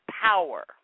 power